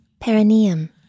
Perineum